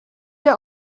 der